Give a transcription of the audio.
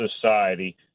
society